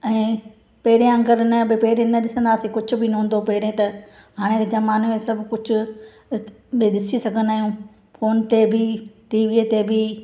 ऐं पहिरियां अगरि न पहिरीं न ॾिसंदासीं कुझु बि न हूंदो हुओ पहिरियों त हाणे जे ज़माने में सभु कुझु ॾिसी सघंदा आहियूं फोन ते बि टीवीअ ते बि